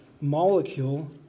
molecule